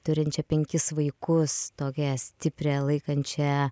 turinčią penkis vaikus tokią stiprią laikančią